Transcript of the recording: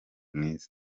mwiza